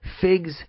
Figs